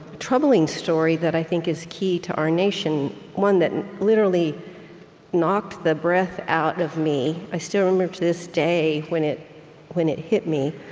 troubling story that i think is key to our nation, one that literally knocked the breath out of me. i still remember, to this day, when it when it hit me.